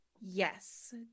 Yes